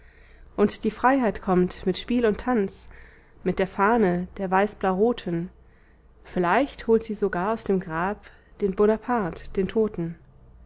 und die freiheit kommt mit spiel und tanz mit der fahne der weißblauroten vielleicht holt sie sogar aus dem grab den bonaparte den toten